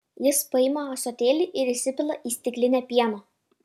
jis paima ąsotėlį ir įsipila į stiklinę pieno